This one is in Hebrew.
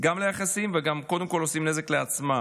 גם ליחסים, וקודם כול גם עושים נזק לעצמם.